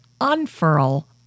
unfurl